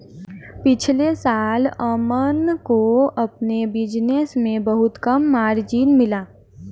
पिछले साल अमन को अपने बिज़नेस से बहुत कम मार्जिन मिला